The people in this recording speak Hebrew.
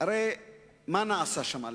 מה נעשה שם באמת?